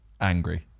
angry